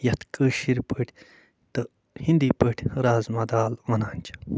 یَتھ کٲشِرۍ پٲٹھۍ تہٕ ہِنٛدی پٲٹھۍ رازما دال وَنان چھِ